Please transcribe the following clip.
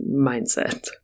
mindset